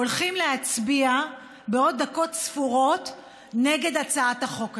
הולכים להצביע בעוד דקות ספורות נגד הצעת החוק הזאת.